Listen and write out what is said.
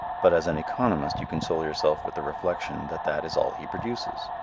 but as an economist you console yourself with the reflection that that is all he produces.